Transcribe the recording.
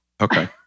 Okay